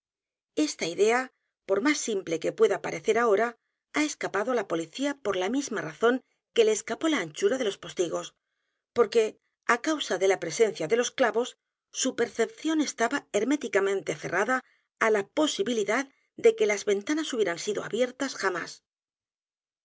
a idea por más simple que pueda parecer ahora ha escapado á la policía por la misma razón que le escapó la anchura de los postigos porque á causa de la presencia de los clavos su percepción estaba herméticamente cerrada á la posibilidad de que las ventanas hubieran sido abiertas jamás